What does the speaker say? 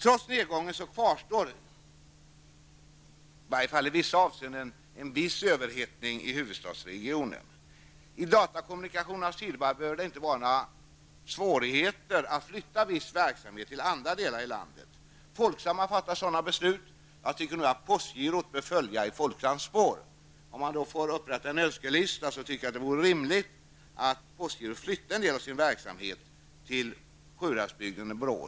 Trots nedgången kvarstår, i varje fall i en del avseenden, en viss överhettning i huvudstadsregionen. I datakommunikationernas tidevarv bör det inte vara några svårigheter att flytta viss verksamhet till andra delar av landet. Folksam har fattat sådana beslut. Jag tycker nu att postgirot bör följa i Folksams spår. Om jag får upprätta en önskelista, tycker jag att det vore rimligt att postgirot flyttade en del av sin verksamhet till Sjuhäradsbygden--Borås.